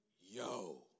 Yo